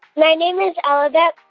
my name is ellabelle.